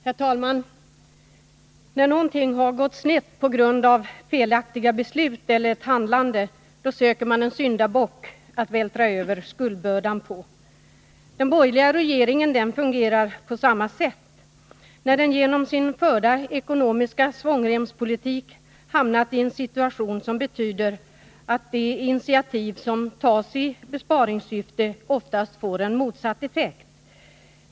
Herr talman! När någonting har gått snett, på grund av felaktiga beslut eller ett felaktigt handlande, då söker man en ”syndabock” att vältra över skuldbördan på. Den borgerliga regeringen fungerar på samma sätt, när den genom den förda ekonomiska svångremspolitiken hamnat i en situation som betyder att de initiativ som tas i besparingssyfte oftast får motsatt effekt.